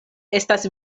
estas